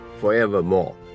forevermore